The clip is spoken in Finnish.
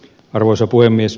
arvoisa puhemies